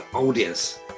audience